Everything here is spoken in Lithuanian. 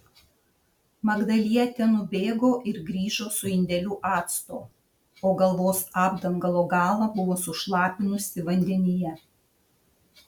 magdalietė nubėgo ir grįžo su indeliu acto o galvos apdangalo galą buvo sušlapinusi vandenyje